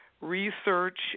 research